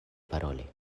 paroli